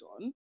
on